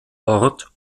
ort